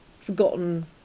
forgotten